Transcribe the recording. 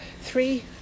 three